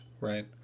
right